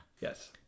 Yes